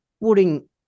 putting